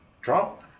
Trump